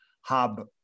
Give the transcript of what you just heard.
hub